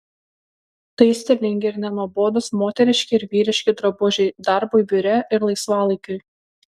tai stilingi ir nenuobodūs moteriški ir vyriški drabužiai darbui biure ir laisvalaikiui